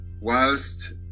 whilst